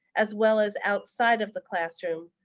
as well as outside of the classroom,